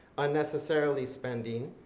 unnecessarily spending,